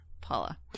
Paula